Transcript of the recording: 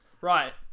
right